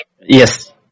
Yes